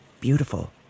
beautiful